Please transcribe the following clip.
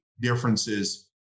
differences